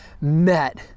met